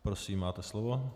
Prosím, máte slovo.